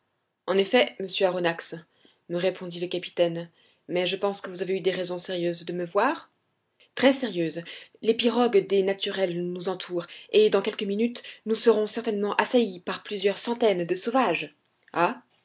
en effet monsieur aronnax me répondit le capitaine mais je pense que vous avez eu des raisons sérieuses de me voir très sérieuses les pirogues des naturels nous entourent et dans quelques minutes nous serons certainement assaillis par plusieurs centaines de sauvages